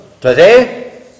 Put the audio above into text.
today